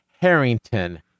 Harrington